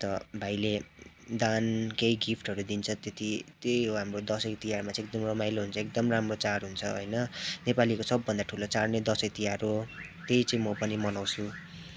अन्त भाइले दान केही गिफ्टहरू दिन्छ त्यति त्यही हो हाम्रो दसैँ तिहारमा चाहिँ एकदम रमाइलो हुन्छ एकदम राम्रो चाड हुन्छ होइन नेपालीको सबभन्दा ठुलो चाड नै दसैँ तिहार हो त्यही चाहिँ म पनि मनाउँछु